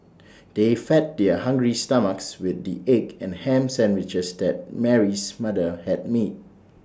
they fed their hungry stomachs with the egg and Ham Sandwiches that Mary's mother had made